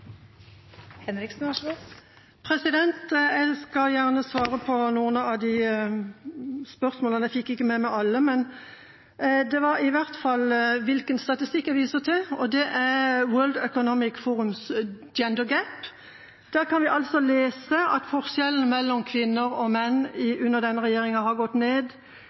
Jeg skal gjerne svare på noen av spørsmålene. Jeg fikk ikke med meg alle, men det var i hvert fall et spørsmål om hvilken statistikk jeg viser til, og det er World Economic Forums «Global Gender Gap». Der kan vi lese at forskjellene mellom kvinner og menn under denne regjeringa har gått ned.